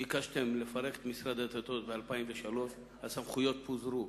ביקשתם לפרק את משרד הדתות ב-2003, הסמכויות פוזרו